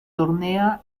hornea